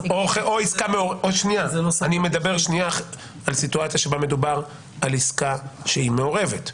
אני מדבר על סיטואציה שבה מדובר על עסקה שהיא מעורבת.